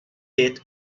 did